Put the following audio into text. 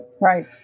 Right